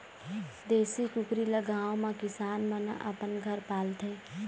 देशी कुकरी ल गाँव म किसान मन ह अपन घर म पालथे